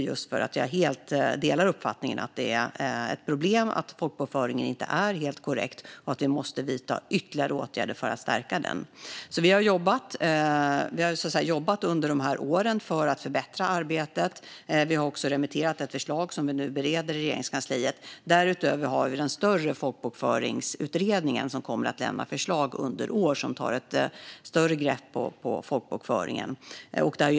Jag delar helt uppfattningen att det är ett problem att folkbokföringen inte är helt korrekt och att vi måste vidta ytterligare åtgärder för att stärka den. Vi har alltså under de här åren jobbat för att förbättra arbetet. Vi har också remitterat ett förslag som vi nu bereder i Regeringskansliet. Därutöver kommer den större Folkbokföringsutredningen att lämna förslag under året. Den utredningen tar ett större grepp på folkbokföringen.